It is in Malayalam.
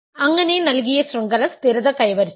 അങ്ങനെ നൽകിയ ശൃംഖല സ്ഥിരത കൈവരിച്ചു